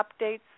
updates